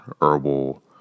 herbal